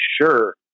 sure